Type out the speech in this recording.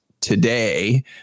today